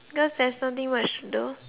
cause there's something much to do